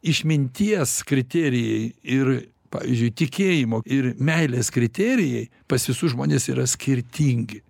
išminties kriterijai ir pavyzdžiui tikėjimo ir meilės kriterijai pas visus žmones yra skirtingi